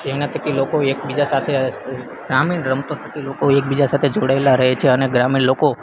જેના થકી લોકો એકબીજા સાથે ગ્રામીણ રમતો થકી લોકો એકબીજા સાથે જોડાયેલા રહે છે અને ગ્રામીણ લોકો